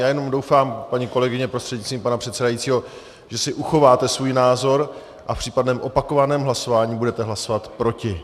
Já jenom doufám, paní kolegyně prostřednictvím pana předsedajícího, že si uchováte svůj názor a v případném opakovaném hlasování budete hlasovat proti.